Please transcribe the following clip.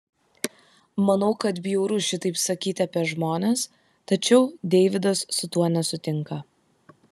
manau kad bjauru šitaip sakyti apie žmones tačiau deividas su tuo nesutinka